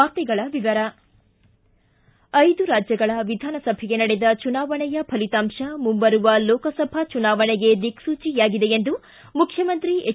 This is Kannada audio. ವಾರ್ತೆಗಳ ವಿವರ ಐದು ರಾಜ್ಯಗಳ ವಿಧಾನಸಭೆಗೆ ನಡೆದ ಚುನಾವಣೆಯ ಫಲಿತಾಂಶ ಮುಂಬರುವ ಲೋಕಸಭಾ ಚುನಾವಣೆಗೆ ದಿಕ್ಲೂಚಿಯಾಗಿದೆ ಎಂದು ಮುಖ್ಯಮಂತ್ರಿ ಹೆಚ್